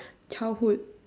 childhood